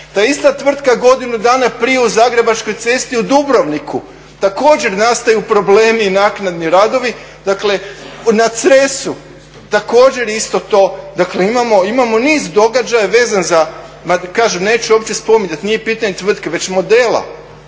Ta ista tvrtka godinu dana prije u Zagrebačkoj cesti u Dubrovniku također nastaju problemi i naknadni radovi, dakle na Cresu također isto to. Dakle imamo niz događaja vezan za ma kažem neću uopće spominjati, nije pitanje tvrtke već modela